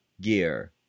gear